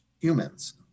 humans